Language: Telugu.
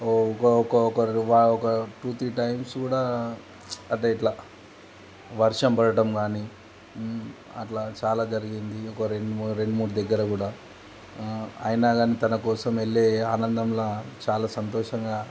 ఒక ఒక్క ఒక టూ త్రీ టైమ్స్ కూడా అలా ఇలా వర్షం పడటం కానీ అట్లా చాలా జరిగింది ఒక రెండు రెండు మూడు దగ్గర కూడా అయినా కానీ తన కోసం వెళ్ళే ఆనందంలో చాలా సంతోషంగా